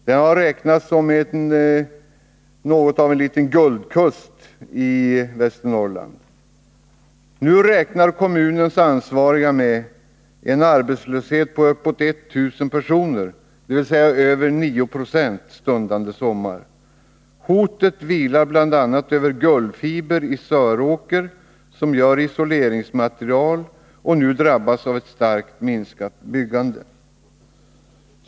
Den har betecknats som något av en liten guldkust i Västernorrland. Nu räknar kommunens ansvariga med en arbetslöshet på uppåt 1000 personer, dvs. över 9 90, stundande sommar. Hotet vilar bl.a. över Gullfiber i Söråker som gör isoleringsmaterial och nu drabbas av ett starkt minskat byggande.